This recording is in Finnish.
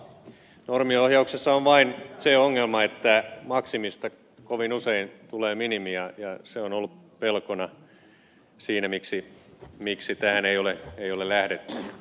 normiohjauksessa on vain se ongelma että maksimista kovin usein tulee minimi ja se on ollut pelkona siinä miksi tähän ei ole lähdetty